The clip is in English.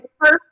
first